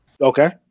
Okay